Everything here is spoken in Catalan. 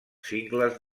cingles